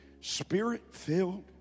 spirit-filled